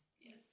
yes